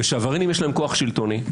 וכשלעבריינים יש כוח שלטוני,